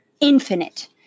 infinite